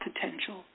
potential